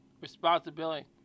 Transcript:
responsibility